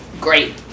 great